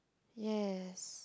yes